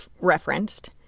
referenced